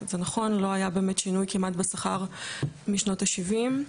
זה נכון, באמת לא היה כמעט שינוי בשכר משנות ה-70.